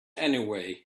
anyway